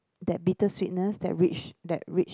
that bitter sweetness that rich that rich